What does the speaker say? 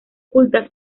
culta